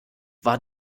war